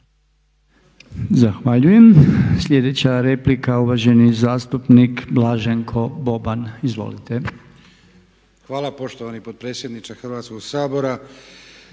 Zahvaljujem. Slijedeća replika uvaženi zastupnik Blaženko Boban. Izvolite. **Boban, Blaženko (HDZ)** Hvala poštovani potpredsjedniče Hrvatskog sabora.